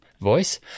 voice